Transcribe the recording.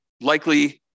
likely